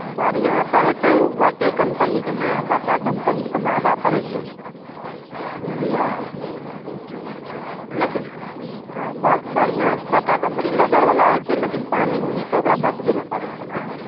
बढ़िआँ तऽ हेतै ओ बाटे कम्पनीके ने बाटा कम्पनीके तऽ महगा पड़ै छै बुझलिए लेकिन हँ बढ़िआँ बाटा कम्पनी लेदरवला होइ छै लेकिन पानि उनिसे ओकरा बचबै ले पड़ै छै ने